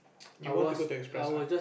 you want to go to express ah